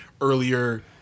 earlier